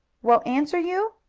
won't answer you!